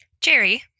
Jerry